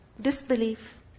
Disbelief